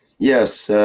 yes.